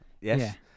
Yes